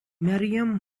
miriam